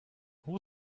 who